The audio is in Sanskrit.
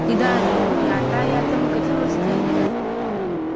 इदानीं यातायातं कथमस्ति